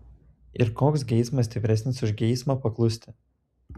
ir koks geismas stipresnis už geismą paklusti